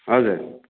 हजुर